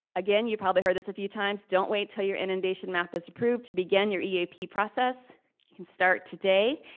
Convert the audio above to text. again, you've probably heard this a few times. don't wait til your inundation map is approved to begin your eap process. you can start today.